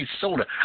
soda